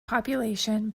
population